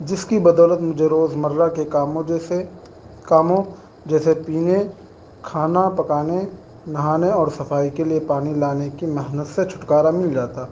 جس کی بدولت مجھے روزمرہ کے کاموں جیسے کاموں جیسے پینے کھانا پکانے نہانے اور صفائی کے لیے پانی لانے کی محنت سے چھٹکارا مل جاتا